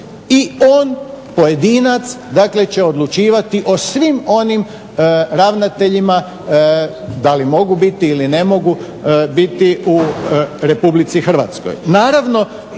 i on pojedinac dakle će odlučivati o svim onim ravnateljima, da li mogu biti ili ne mogu biti u RH. Naravno